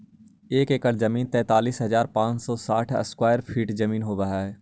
एक एकड़ जमीन तैंतालीस हजार पांच सौ साठ स्क्वायर फीट जमीन होव हई